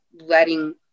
letting